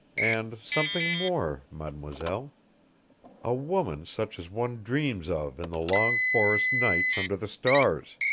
and something more, mademoiselle a woman such as one dreams of in the long forest nights under the stars.